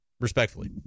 respectfully